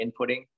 inputting